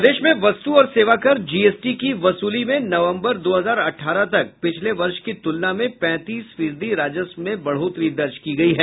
प्रदेश में वस्तु और सेवाकर जीएसटी की वसूली में नवम्बर दो हजार अठारह तक पिछले वर्ष की तुलना में पैंतीस फीसदी राजस्व में बढ़ोतरी दर्ज की गयी है